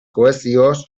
kohesioz